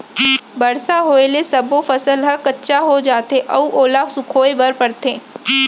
बरसा होए ले सब्बो फसल ह कच्चा हो जाथे अउ ओला सुखोए बर परथे